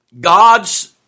God's